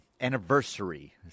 anniversary